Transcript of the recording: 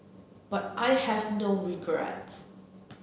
but I have no regrets